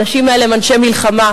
האנשים האלה הם אנשי מלחמה,